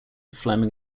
fleming